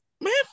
Man